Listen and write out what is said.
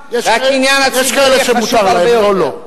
והקניין הציבורי חשוב הרבה יותר.